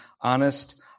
honest